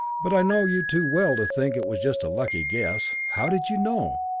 but i know you too well to think it was just a lucky guess. how did you know?